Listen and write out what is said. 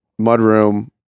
mudroom